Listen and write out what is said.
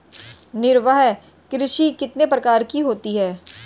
निर्वाह कृषि कितने प्रकार की होती हैं?